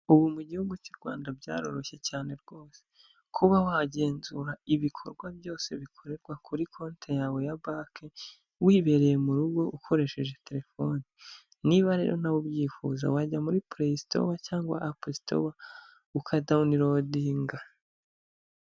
Ubu mu gihugu cy'u Rwanda byaroroshye cyane rwose kuba wagenzura ibikorwa byose bikorerwa kuri konti yawe ya banki wibereye mu rugo ukoresheje telefoni. Niba rero nta ubyifuza wajya muri kureyisitowa cyangwa apusitowa ukadawunirodinga.